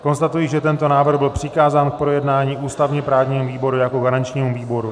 Konstatuji, že tento návrh byl přikázán k projednání ústavněprávnímu výboru jako garančnímu výboru.